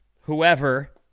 whoever